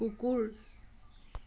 কুকুৰ